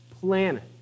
planet